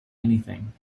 anything